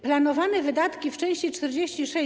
Planowane wydatki w części 46: